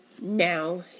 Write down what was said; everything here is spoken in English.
now